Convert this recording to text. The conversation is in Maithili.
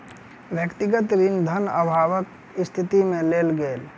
व्यक्तिगत ऋण धन अभावक स्थिति में लेल गेल